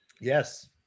yes